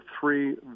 three